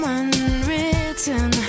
unwritten